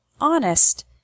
honest